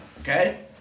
okay